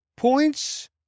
points